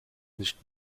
nicht